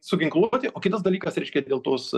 su ginkluote o kitas dalykas reiškia dėl tos